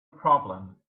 problem